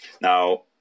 Now